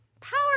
Power